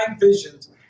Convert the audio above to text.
visions